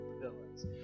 villains